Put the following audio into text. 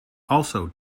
also